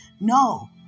No